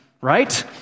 right